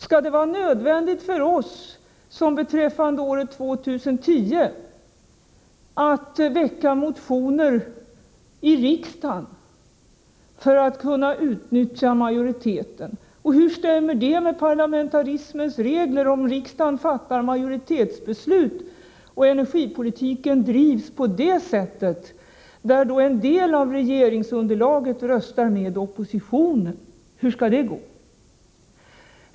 Skall det vara nödvändigt för oss — såsom beträffande år 2010 — att väcka motion i riksdagen för att kunna utnyttja majoriteten? Hur skulle det vidare stämma med parlamentarismens regler om riksdagen fattar majoritetsbeslut och energipolitiken sedan drivs på det sättet att en del av regeringsunderlaget röstar med oppositionen? Hur skall det gå?